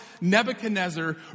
Nebuchadnezzar